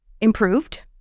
improved